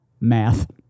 Math